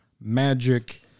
Magic